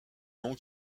nom